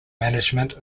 management